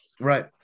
right